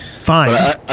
Fine